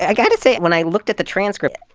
i got to say, when i looked at the transcript,